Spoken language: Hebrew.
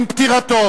עם פטירתו